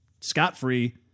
scot-free